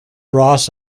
ross